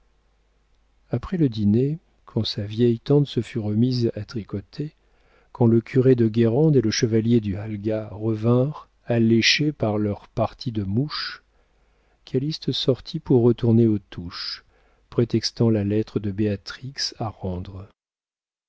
après le dîner quand sa vieille tante se fut remise à tricoter quand le curé de guérande et le chevalier du halga revinrent alléchés par leur partie de mouche calyste sortit pour retourner aux touches prétextant la lettre de béatrix à rendre